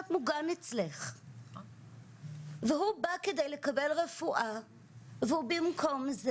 מוגן אצלך והוא בא כדי לקבל רפואה והוא במקום זה,